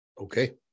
okay